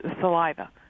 saliva